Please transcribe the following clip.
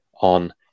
on